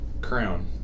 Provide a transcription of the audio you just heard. crown